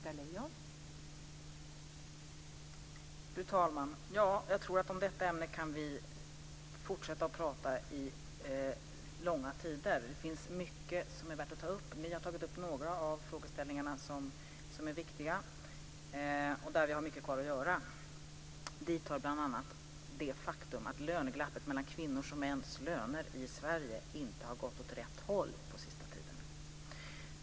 Fru talman! Ja, jag tror att vi kan fortsätta att prata om detta ämne i långa tider. Det finns mycket som är värt att ta upp. Ni har tagit upp några av de frågeställningar som är viktiga och där vi har mycket kvar att göra. Dit hör bl.a. det faktum att löneglappet mellan kvinnors och mäns löner i Sverige inte har förändrats på rätt sätt sista tiden.